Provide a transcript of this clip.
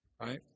right